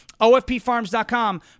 OFPFarms.com